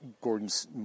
Gordon's